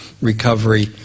recovery